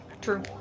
True